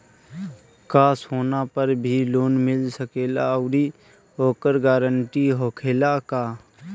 का सोना पर भी लोन मिल सकेला आउरी ओकर गारेंटी होखेला का?